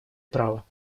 права